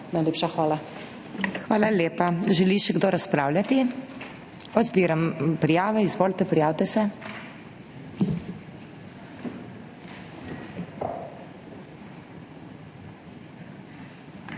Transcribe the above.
Hvala lepa. Želi še kdo razpravljati? (Da.) Odpiram prijavo. Izvolite, prijavite se.